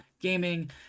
gaming